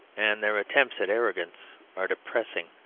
and their attempts at arrogance are depressing.